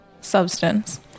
substance